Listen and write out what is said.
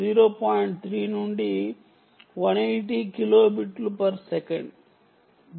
3 నుండి 180 కిలో బిట్లు per second